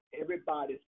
Everybody's